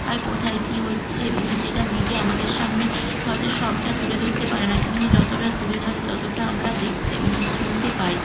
আর কোথায় কী হচ্ছে সেটা মিডিয়া আমাদের সামনে হয়তো সবটা তুলে ধরতে পারে না কিন্তু যতটা তুলে ধরে ততটা আমরা দেখতে শুনতে পাই